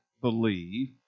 believe